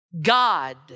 God